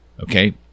okay